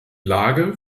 lage